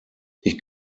ich